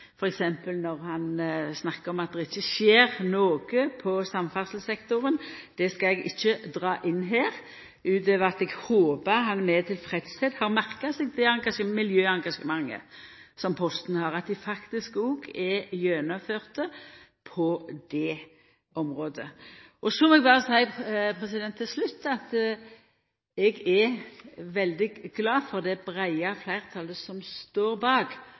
f.eks. når han seier at det ikkje skjer noko på samferdselssektoren. Det skal eg ikkje dra inn her, men eg håpar han har merka seg med tilfredsheit det miljøengasjementet som Posten har, at dei faktisk er gjennomførte òg på det området. Så må eg berre seia til slutt at eg er veldig glad for det breie fleirtalet som står bak